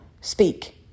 speak